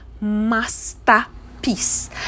masterpiece